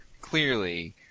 clearly